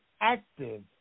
active